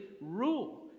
rule